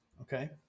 Okay